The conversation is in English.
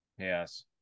Yes